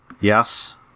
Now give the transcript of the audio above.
Yes